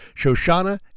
Shoshana